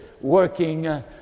working